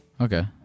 Okay